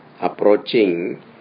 approaching